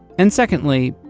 and secondly,